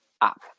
up